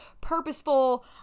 purposeful